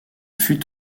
fut